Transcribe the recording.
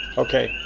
okay,